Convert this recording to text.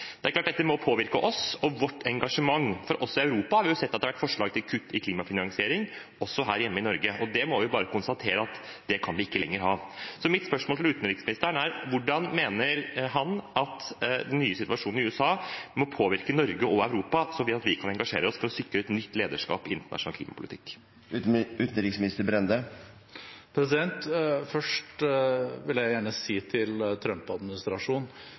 Det er klart at dette må påvirke oss og vårt engasjement, for også i Europa har vi sett at det har vært forslag til kutt i klimafinansiering, også her hjemme i Norge. Det må vi bare konstatere at det kan vi ikke lenger ha. Så mitt spørsmål til utenriksministeren er: Hvordan mener han at den nye situasjonen i USA må påvirke Norge og Europa, så vi kan engasjere oss for å sikre et nytt lederskap i internasjonal klimapolitikk? Først vil jeg gjerne si til